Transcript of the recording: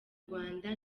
rwanda